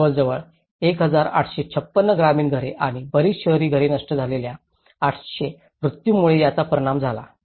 जवळजवळ 1856 ग्रामीण घरे आणि बरीच शहरी घरे नष्ट झालेल्या 800 मृत्यूमुळे याचा परिणाम झाला